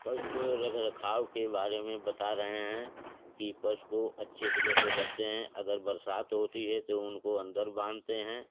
रख रखाव के बारे में बता रहे हैं कि पशु को अच्छे जगह से रखते हैं अगर बरसात होती है तो उनको अंदर बांधते हैं